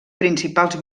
principals